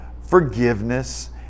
forgiveness